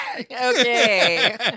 Okay